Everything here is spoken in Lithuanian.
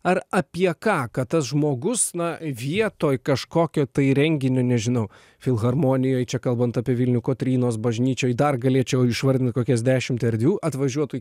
ar apie ką kad tas žmogus na vietoj kažkokio tai renginio nežinau filharmonijoj čia kalbant apie vilnių kotrynos bažnyčioj dar galėčiau išvardint kokias dešimt erdvių atvažiuotų